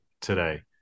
today